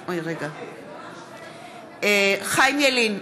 בעד חיים ילין,